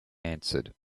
answered